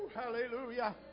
Hallelujah